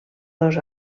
dos